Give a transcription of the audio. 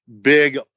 big